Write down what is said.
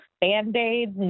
Band-Aids